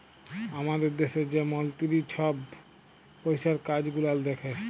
আমাদের দ্যাশে যে মলতিরি ছহব পইসার কাজ গুলাল দ্যাখে